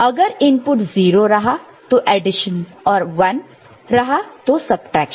अगर इनपुट 0 रहा तो एडिशन और 1 रहा तो सबट्रैक्शन